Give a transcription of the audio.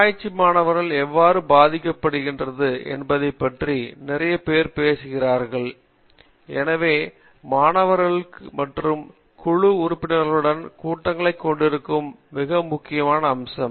ஆராய்ச்சி மாணவர் எவ்வாறு பாதிக்கப்படுகிறது என்பதைப் பற்றியும் நிறைய பேர் பேசுகிறார்கள் என்று நான் நினைக்கிறேன் எனவே மாணவர்களிடமும் மற்ற குழு உறுப்பினர்களுடனும் கூட்டங்களைக் கொண்டிருக்கும் கூட்டங்களும் மிக முக்கியமான அம்சம்